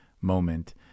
moment